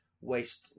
waste